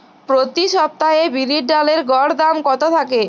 প্রতি সপ্তাহে বিরির ডালের গড় দাম কত থাকে?